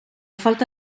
falta